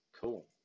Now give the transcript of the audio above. Cool